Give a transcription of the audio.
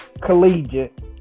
collegiate